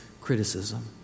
criticism